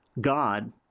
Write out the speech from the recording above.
God